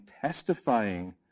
testifying